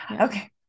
Okay